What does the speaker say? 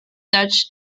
dutch